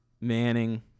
Manning